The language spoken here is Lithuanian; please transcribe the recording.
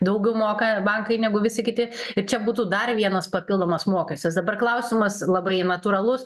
daugiau moka bankai negu visi kiti ir čia būtų dar vienas papildomas mokestis dabar klausimas labai natūralus